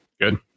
Good